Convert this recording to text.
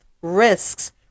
risks